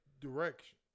direction